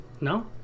No